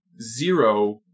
Zero